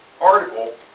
article